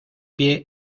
pie